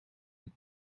het